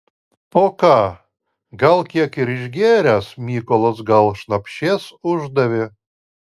o ką gal kiek ir išgėręs mykolas gal šnapšės uždavė